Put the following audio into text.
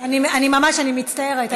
אני מצטערת.